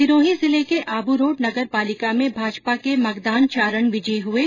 सिरोही जिले के आबू रोड नगरपालिका में भाजपा के मगदान चारण विजयी हये